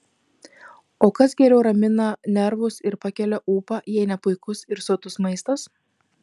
o kas geriau ramina nervus ir pakelia ūpą jei ne puikus ir sotus maistas